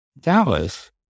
Dallas